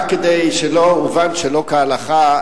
רק כדי שלא אובן שלא כהלכה,